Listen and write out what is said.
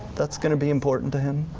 that's gonna be important to him.